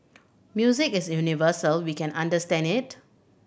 music is universal we can understand it